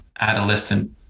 adolescent